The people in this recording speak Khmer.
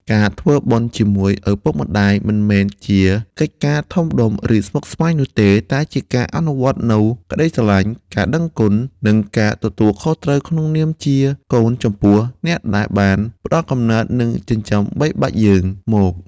ការ ធ្វើបុណ្យជាមួយឪពុកម្ដាយ មិនមែនជាកិច្ចការធំដុំ ឬស្មុគស្មាញនោះទេ តែជាការអនុវត្តនូវក្តីស្រឡាញ់ ការដឹងគុណ និងការទទួលខុសត្រូវក្នុងនាមជាកូនចំពោះអ្នកដែលបានផ្តល់កំណើត និងចិញ្ចឹមបីបាច់យើងមក។